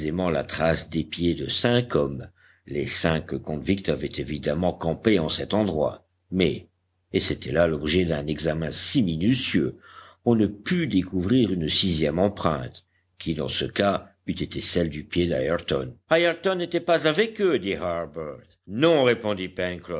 la trace des pieds de cinq hommes les cinq convicts avaient évidemment campé en cet endroit mais et c'était là l'objet d'un examen si minutieux on ne put découvrir une sixième empreinte qui dans ce cas eût été celle du pied d'ayrton ayrton n'était pas avec eux dit harbert non répondit